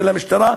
של המשטרה,